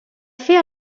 fer